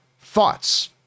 thoughts